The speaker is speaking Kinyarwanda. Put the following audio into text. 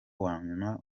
wanyuma